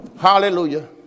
Hallelujah